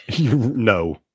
No